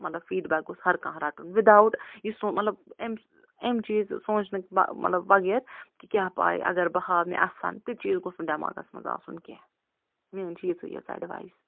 مطلب فیٖڈبیک گوٚژھ ہر کانٛہہ رَٹُن وِداَوُٹ یُس سُہ مطلب ایٚم امہِ چیٖز سونٛچنہٕ مطلب وغیر کہِ کیٛاہ پاے اگر بہٕ ہاو مےٚ اَسن تہِ چیٖز گوٚژھ نہٕ دٮ۪ماغس منٛز آسُن کیٚنٛہہ میٲنۍ چھِ یِژٕے یٲژ اٮ۪ڈوایِس